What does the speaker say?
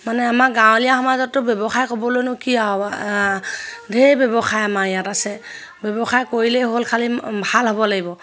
মানে আমাৰ গাঁৱলীয়া সমাজতো ব্যৱসায় ক'বলৈনো কি আও ধেৰ ব্যৱসায় আমাৰ ইয়াত আছে ব্যৱসায় কৰিলেই হ'ল খালী ভাল হ'ব লাগিব